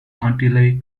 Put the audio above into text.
antilles